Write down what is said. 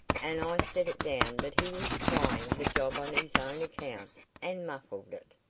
and i set it down that he was trying the job on his own account, and muffed it.